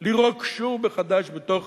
לירוק שוב מחדש בתוך